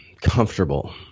comfortable